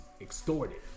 extorted